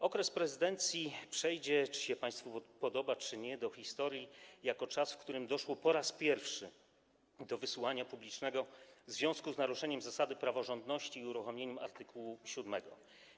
Okres prezydencji przejdzie, czy to się państwu podoba, czy nie, do historii jako czas, w którym doszło po raz pierwszy do wysłuchania publicznego w związku z naruszeniem zasady praworządności i uruchomieniem art. 7.